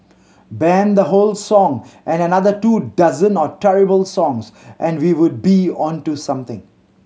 ban the whole song and another two dozen or terrible songs and we would be on to something